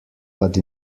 but